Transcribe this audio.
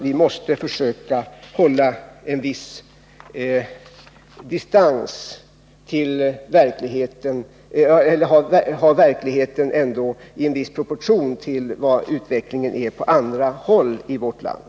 Vi måste ändå sätta verkligheten där i viss proportion till utvecklingen på andra håll i vårt land.